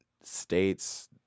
states